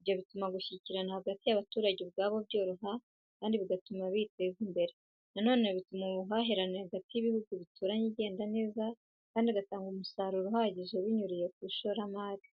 Ibyo bituma gushyikirana hagati y'abaturage ubwabo byoroha kandi bigatuma biteza imbere. Na none bituma ubuhahirane hagati y'ibihugu bituranye igenda neza kandi igatanga umusaruro uhagije binyuriye ku ishoramari.